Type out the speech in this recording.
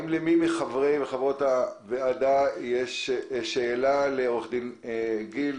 האם לחברי הוועדה יש שאלה לגיל,